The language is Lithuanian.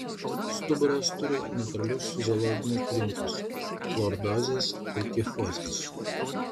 stuburas turi natūralius fiziologinius linkius lordozes ir kifozes